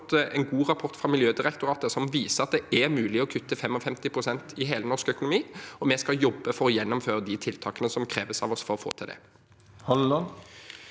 Jeg har fått en god rapport fra Miljødirektoratet som viser at det er mulig å kutte 55 pst. i hele den norske økonomien, og vi skal jobbe for å gjennomføre de tiltakene som kreves av oss for å få til det.